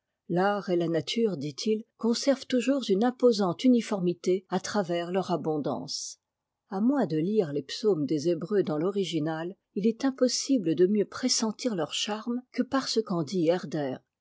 l'art et la nature dit it conservent toujours une imposante uniformité à travers leur abondance a moins de lire les psaumes des hébreux dans l'original il est impossible de mieux pressentir leur charme que par ce qu'en dit herder